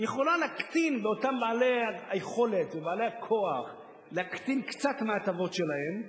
היא יכולה להקטין לאותם בעלי היכולת ובעלי הכוח קצת מההטבות שלהם,